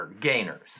gainers